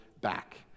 back